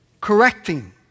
correcting